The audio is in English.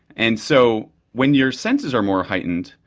and so when you're senses are more heightened,